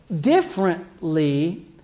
differently